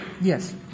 Yes